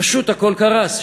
פשוט הכול קרס.